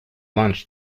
lunch